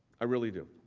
i really do.